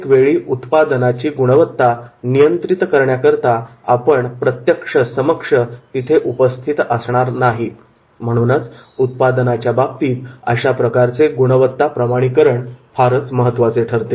प्रत्येकवेळी उत्पादनाची गुणवत्ता नियंत्रित करण्याकरता आपण प्रत्यक्ष तिथे उपस्थित असणार नाही म्हणून उत्पादनाच्या बाबतीत अशा प्रकारचे गुणवत्ता प्रमाणीकरण फारच महत्त्वाचे ठरते